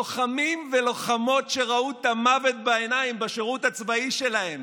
לוחמים ולוחמות שראו את המוות בעיניים בשירות הצבאי שלהם,